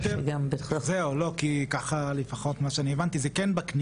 ביתיות הן בדרך כלל פנימיות לקטינים ולצעירים,